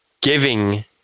giving